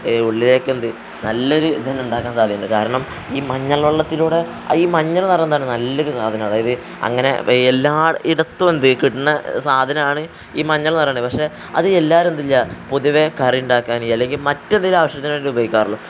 ഉള്ളിലേക്കെന്ത് നല്ലൊരു ഇതുതന്നെ ഉണ്ടാക്കാൻ സാധ്യതയുണ്ട് കാരണം ഈ മഞ്ഞൾ വെള്ളത്തിലൂടെ അത് ഈ മഞ്ഞൾ എന്നു പറഞ്ഞാൽ എന്താണ് നല്ലൊരു സാധനം അതായത് അങ്ങനെ എല്ലാ ഇടത്തും എന്ത് കിട്ടണ സാധനമാണ് ഈ മഞ്ഞൾ എന്നു പറയണത് പക്ഷെ അത് എല്ലാവരും എന്തില്ല പൊതുവേ കറി ഉണ്ടാക്കാൻ അല്ലെങ്കിൽ മറ്റെന്തെങ്കിലും ആവശ്യത്തിനായിട്ട് ഉപയോഗിക്കാറുള്ളൂ